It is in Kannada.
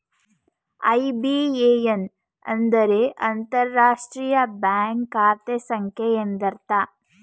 ಐ.ಬಿ.ಎ.ಎನ್ ಅಂದರೆ ಅಂತರರಾಷ್ಟ್ರೀಯ ಬ್ಯಾಂಕ್ ಖಾತೆ ಸಂಖ್ಯೆ ಎಂದರ್ಥ